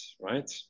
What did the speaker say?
Right